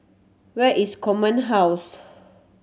where is Command House